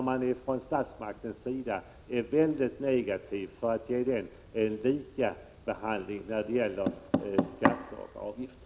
Men statsmakten är mycket negativ till att ge dem lika behandling när det gäller skatter och avgifter.